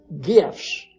gifts